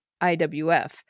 IWF